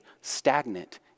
stagnant